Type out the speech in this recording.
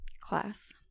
class